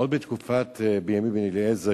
עוד מתקופת בנימין בן-אליעזר.